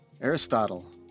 Aristotle